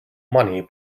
money